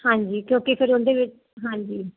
ਹਾਂਜੀ ਕਿਉਂਕਿ ਫਿਰ ਉਹਦੇ ਵਿੱਚ ਹਾਂਜੀ